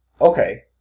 okay